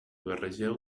barregeu